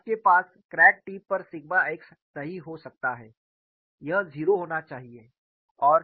आपके पास crack tip पर सिग्मा x नहीं हो सकता है यह 0 होना चाहिए